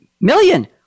million